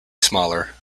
smaller